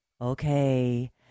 okay